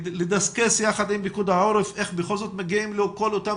לדסקס יחד עם פיקוד העורף איך בכל זאת מגיעים לכל אותם